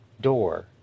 door